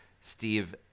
Steve